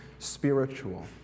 spiritual